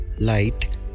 light